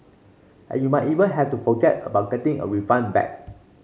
and you might even have to forget about getting a refund back